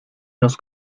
nos